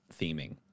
theming